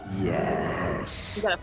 Yes